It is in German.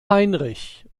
heinrich